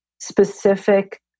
specific